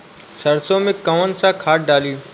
सरसो में कवन सा खाद डाली?